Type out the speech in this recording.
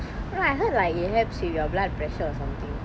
I heard like it helps with your blood pressure or something